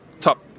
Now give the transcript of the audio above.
top